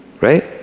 right